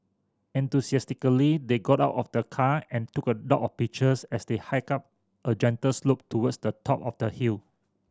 enthusiastically they got out of the car and took a lot of pictures as they hiked up a gentle slope towards the top of the hill